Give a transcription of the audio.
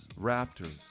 Raptors